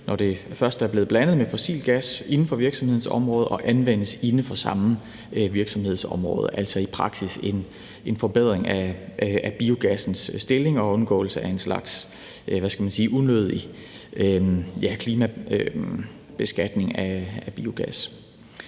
når det først er blevet blandet med fossilt gas inden for virksomhedens område og anvendes inden for samme virksomhedsområde, altså i praksis en forbedring af biogassens stiling og undgåelse af en slags unødig klimabeskatning af biogas.